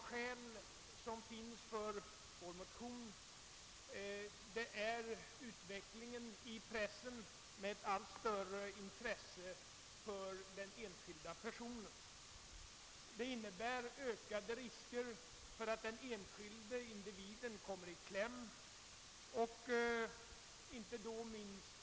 Våra motiv för motionen är att utvecklingen i pressen går mot ett allt större intresse för enskilda personer, vilket innebär ökade risker för att den enskilda individen skall komma i kläm.